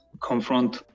confront